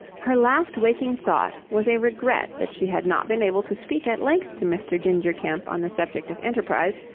her last waking thought was a regret that she had not been able to speak at length to mr. ginger kemp on the subject of enterprise,